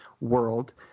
world